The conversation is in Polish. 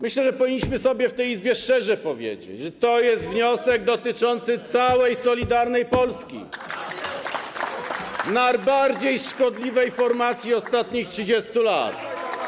Myślę, że powinniśmy to sobie w tej Izbie szczerze powiedzieć: to jest wniosek dotyczący całej Solidarnej Polski - najbardziej szkodliwej formacji ostatnich 30 lat.